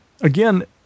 again